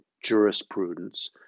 jurisprudence